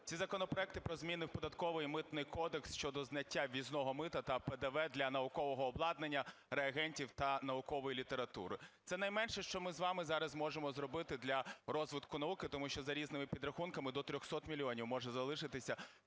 Ці законопроекти про зміни в Податковий і Митний кодекс щодо зняття ввізного мита та ПДВ для наукового обладнання, реагентів та наукової літератури. Це найменше, що ми з вами зараз можемо зробити для розвитку науки, тому що, за різними підрахунками, до 300 мільйонів може залишитися